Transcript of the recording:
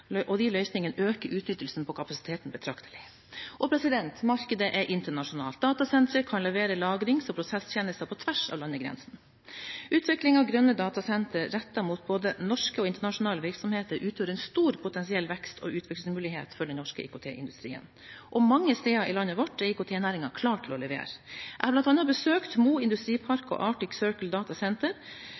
og de løsningene øker utnyttelsen av kapasiteten betraktelig. Markedet er internasjonalt. Datasentre kan levere lagrings- og prosesstjenester på tvers av landegrensene. Utvikling av grønne datasentre rettet mot både norske og internasjonale virksomheter, utgjør en stor potensiell vekst- og utviklingsmulighet for den norske IKT-industrien, og mange steder i landet vårt er IKT-næringen klar til å levere. Jeg har bl.a. besøkt Mo Industripark og